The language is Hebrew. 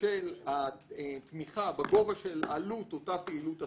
של התמיכה בגובה של עלות אותה פעילות אסורה,